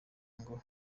ngo